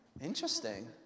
Interesting